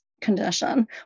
condition